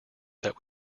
that